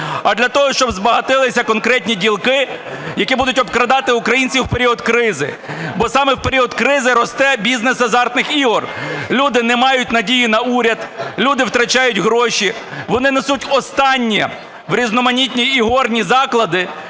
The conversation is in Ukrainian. а для того, щоб збагатилися конкретні ділки, які будуть обкрадати українців в період кризи. Бо саме в період кризи росте бізнес азартних ігор. Люди не мають надії на уряд, люди втрачають гроші, вони несуть останнє в різноманітні ігорні заклади,